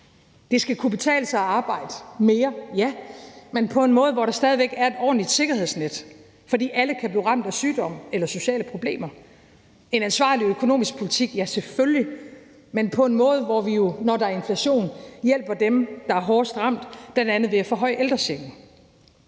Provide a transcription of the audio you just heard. Det skal kunne betale sig at arbejde mere, ja, men på en måde, hvor der stadig væk er et ordentligt sikkerhedsnet, for alle kan blive ramt af sygdom eller sociale problemer. En ansvarlig økonomisk politik, ja, selvfølgelig, men på en måde, hvor vi jo, når der er inflation, hjælper dem, der er hårdest ramt, bl.a. ved at forhøje ældrechecken.